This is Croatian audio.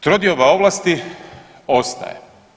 Trodioba ovlasti ostaje.